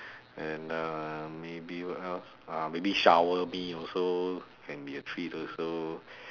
and uh maybe what else ah maybe shower me also can be a treat also